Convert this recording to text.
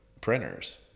printers